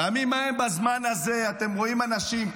בימים ההם בזמן הזה אתם רואים אנשים,